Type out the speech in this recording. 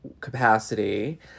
capacity